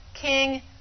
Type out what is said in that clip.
King